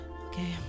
Okay